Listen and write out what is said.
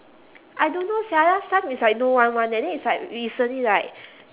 I don't know sia last time is like no one want leh then is like recently like